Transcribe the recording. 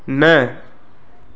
न